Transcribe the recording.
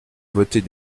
voter